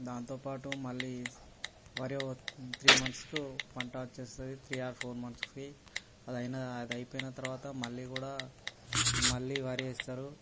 దాంతోపాటు మళ్ళీ వరి ఓ త్రీ మంత్స్కు పంట వస్తుంది త్రీ ఆర్ ఫోర్ మంత్స్కి అది అయిన అది అయిపోయిన తర్వాత మళ్ళీ కూడా మళ్ళీ వరి వేస్తారు